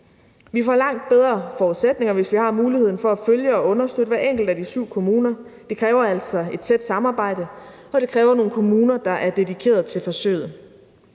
Vi får langt bedre forudsætninger, hvis vi har muligheden for at følge og understøtte hver enkelt af de syv kommuner. Det kræver altså et tæt samarbejde, og det kræver nogle kommuner, der er dedikeret til forsøget.